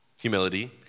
humility